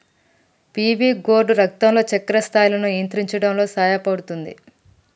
PV gourd రక్తంలో చక్కెర స్థాయిలను నియంత్రించడంలో సహాయపుతుంది